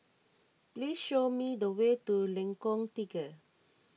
please show me the way to Lengkong Tiga